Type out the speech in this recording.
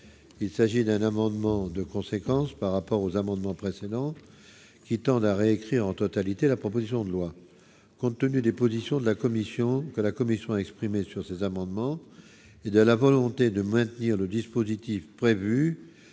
il s'agit d'un amendement de conséquences par rapport aux amendements précédent qui tendent à réécrit en totalité la proposition de loi, compte tenu des positions de la commission, que la commission a exprimé sur ces amendements et de la volonté de maintenir le dispositif prévu